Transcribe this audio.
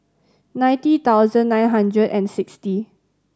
ninety thousand nine hundred and sixty